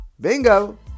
bingo